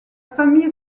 famille